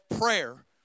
prayer